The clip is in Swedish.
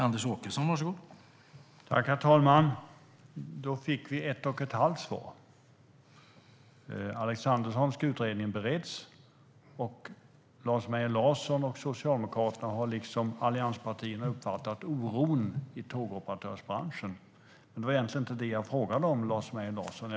Herr talman! Då fick vi ett och ett halvt svar. Den Alexanderssonska utredningen bereds. Lars Mejern Larsson och Socialdemokraterna har liksom allianspartierna uppfattat oron i tågoperatörsbranschen. Men det var egentligen inte det jag frågade om, Lars Mejern Larsson.